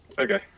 Okay